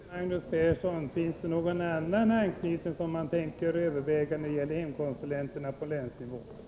Herr talman! Min fråga till Magnus Persson är: Finns det någon annan anknytning på länsnivå som man tänker överväga när det gäller hemkonsulenterna?